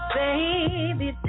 baby